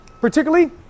particularly